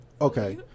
okay